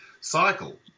cycle